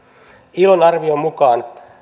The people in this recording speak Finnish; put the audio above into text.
ilon arvion mukaan